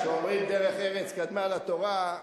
כשאומרים דרך ארץ קדמה לתורה,